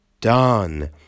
done